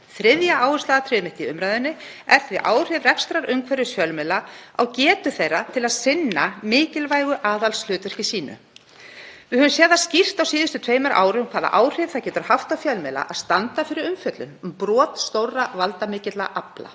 Þriðja áhersluatriði mitt í umræðunni er því áhrif rekstrarumhverfis fjölmiðla á getu þeirra til að sinna mikilvægu aðhaldshlutverki sínu. Við höfum séð það skýrt á síðustu tveimur árum hvaða áhrif það getur haft á fjölmiðla að standa fyrir umfjöllun um brot stórra valdamikilla afla.